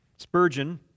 Spurgeon